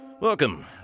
Welcome